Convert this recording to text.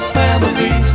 family